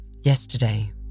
Yesterday